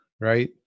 Right